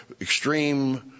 extreme